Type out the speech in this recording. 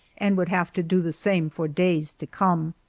and would have to do the same for days to come.